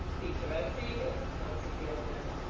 peter, i seed it, answered the old man,